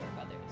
others